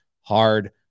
hard